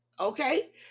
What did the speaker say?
okay